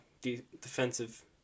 defensive